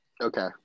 okay